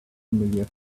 familiar